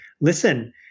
listen